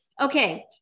okay